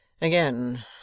Again